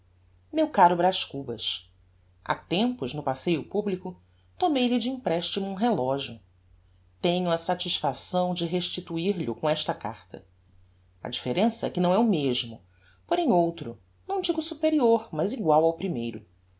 meu caro braz cubas ha tempos no passeio publico tomei lhe de emprestimo um relogio tenho a satisfação de restituir lho com esta carta a differença é que não é o mesmo porém outro não digo superior mas egual ao primeiro